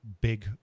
big